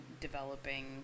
developing